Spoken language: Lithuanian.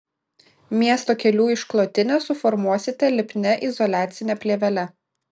miesto kelių išklotinę suformuosite lipnia izoliacine plėvele